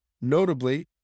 notably